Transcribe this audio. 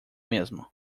mesmo